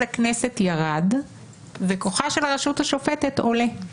הכנסת ירד וכוחה של הרשות השופטת עולה.